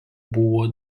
buvo